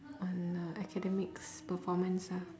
on uh academics performance ah